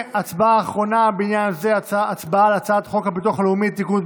ההצעה להעביר את הצעת חוק הביטוח הלאומי (תיקון,